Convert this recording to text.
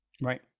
right